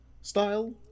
style